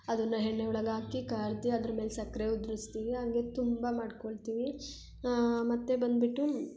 ಅದನ್ನು ಎಣ್ಣೆ ಒಳಗೆ ಹಾಕಿ ಕರ್ದು ಅದ್ರ ಮೇಲೆ ಸಕ್ಕರೆ ಉದ್ರಿಸ್ತಿವಿ ಹಂಗೆ ತುಂಬ ಮಾಡ್ಕೊಳ್ತೀವಿ ಮತ್ತು ಬಂದುಬಿಟ್ಟು